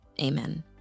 amen